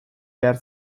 behar